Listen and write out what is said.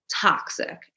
toxic